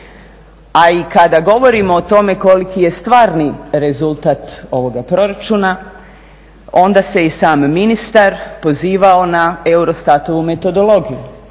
A i kada govorimo o tome koliki je stvarni rezultat ovoga proračuna onda se i sam ministar pozivao na EUROSTAT-ovu metodologiju,